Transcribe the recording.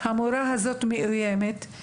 המוֹרָה הזאת מאוימת,